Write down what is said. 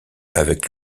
avec